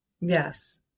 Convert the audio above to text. Yes